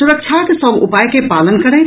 सुरक्षाक सभ उपाय के पालन करथि